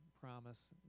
promise